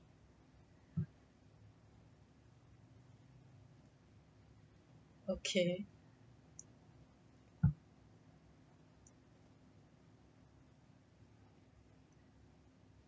okay